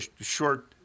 short